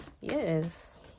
Yes